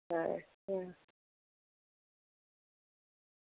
आं